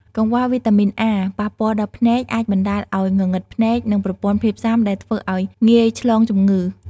កង្វះវីតាមីនអា ប៉ះពាល់ដល់ភ្នែក អាចបណ្តាលឱ្យងងឹតភ្នែក និងប្រព័ន្ធភាពស៊ាំ ដែលធ្វើឱ្យងាយឆ្លងជំងឺ។